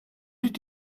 did